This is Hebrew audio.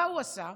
מה הוא עשה?